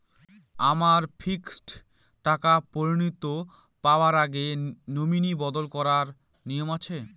আমার ফিক্সড টাকা পরিনতি পাওয়ার আগে নমিনি বদল করার নিয়ম আছে?